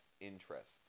interests